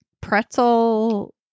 pretzel